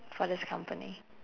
for this company